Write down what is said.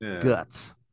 guts